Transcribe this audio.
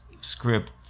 script